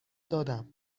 دادم